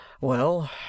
Well